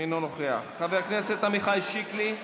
אינו נוכח, חבר הכנסת עמיחי שקלי,